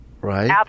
right